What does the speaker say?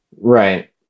Right